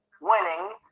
winning